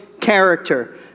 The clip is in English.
character